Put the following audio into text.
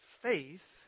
faith